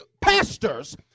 pastors